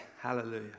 hallelujah